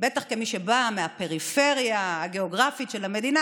בטח כמי שבאה מהפריפריה הגאוגרפית של המדינה